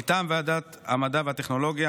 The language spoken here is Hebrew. מטעם ועדת המדע והטכנולוגיה,